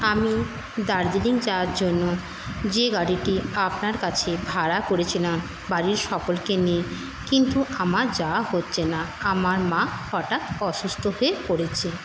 আমি দার্জিলিং যাওয়ার জন্য যে গাড়িটি আপনার কাছে ভাড়া করেছিলাম বাড়ির সকলকে নিয়ে কিন্তু আমার যাওয়া হচ্ছে না আমার মা হঠাৎ অসুস্থ হয়ে পরেছে